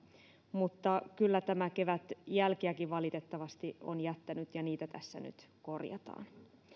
mutta kyllä tämä kevät jälkiäkin valitettavasti on jättänyt ja niitä tässä nyt korjataan